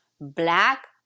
black